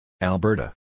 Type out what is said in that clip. Alberta